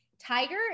Tiger